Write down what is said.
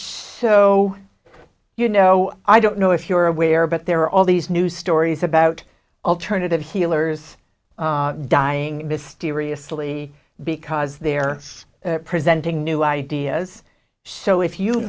so you know i don't know if you're aware but there are all these new stories about alternative healers dying mysteriously because they're presenting new ideas so if you